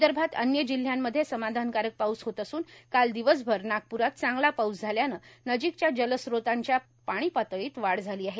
विदर्भात अव्य जिल्ह्यांमध्ये समाधानकारक पाऊस होत असून काल दिवसभर नागपुरात चांगला पाऊस झाल्यानं नजिकच्या जलस्रोतांच्या पाणीपातळीत वाढ झाली आहे